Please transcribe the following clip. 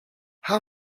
how